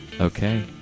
Okay